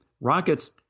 Rockets